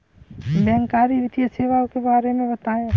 बैंककारी वित्तीय सेवाओं के बारे में बताएँ?